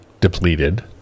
depleted